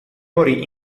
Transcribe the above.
morì